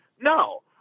No